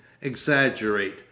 exaggerate